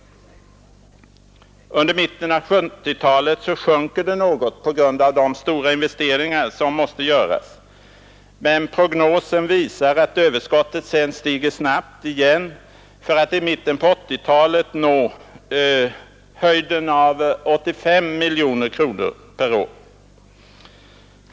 Under mitten av 1970-talet sjunker det något på grund av de stora investeringar som måste göras, men prognosen visar att överskottet sedan stiger snabbt igen, för att i mitten på 1980-talet uppgå till ca 85 miljoner kronor.